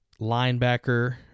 linebacker